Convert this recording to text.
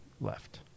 left